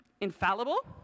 infallible